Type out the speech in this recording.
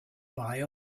buy